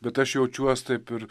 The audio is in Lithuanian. bet aš jaučiuos taip ir